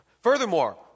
Furthermore